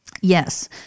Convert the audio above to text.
Yes